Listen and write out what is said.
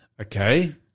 Okay